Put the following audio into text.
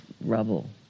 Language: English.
rubble